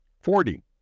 forty